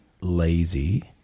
lazy